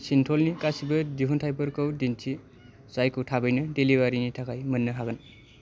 सिन्थलनि गासैबो दिहुनथाइफोरखौ दिन्थि जायखौ थाबैनो डेलिभारिनि थाखाय मोननो हागोन